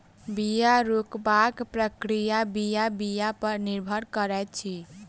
बीया रोपबाक प्रक्रिया बीया बीया पर निर्भर करैत अछि